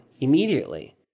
immediately